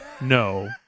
no